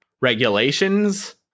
regulations